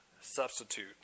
substitute